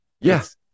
Yes